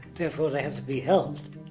therefore they have to be helped.